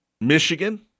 Michigan